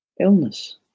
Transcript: illness